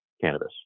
cannabis